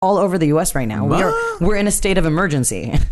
All over the U.S. right now, we're in a state of emergency.